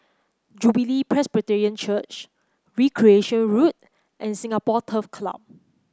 Jubilee Presbyterian Church Recreation Road and Singapore Turf Club